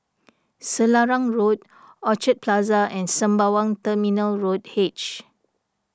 Selarang Road Orchard Plaza and Sembawang Terminal Road H